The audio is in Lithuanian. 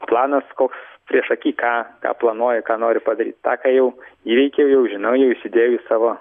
planas koks priešaky ką ką planuoji ką nori padaryt tą ką jau įveikiau jau žinau jau įsidėjau į savo